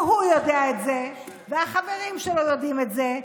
והוא יודע את זה, והחברים שלו יודעים את זה.